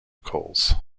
calls